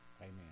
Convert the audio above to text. Amen